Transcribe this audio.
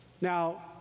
Now